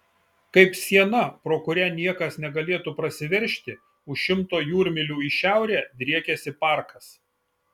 kaip siena pro kurią niekas negalėtų prasiveržti už šimto jūrmylių į šiaurę driekiasi parkas